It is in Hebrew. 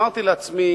אמרתי לעצמי: